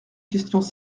questions